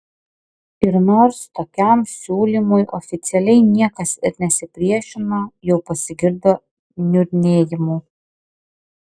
ir nors tokiam siūlymui oficialiai niekas ir nesipriešino jau pasigirdo niurnėjimų